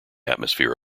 atmosphere